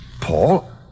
Paul